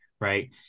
Right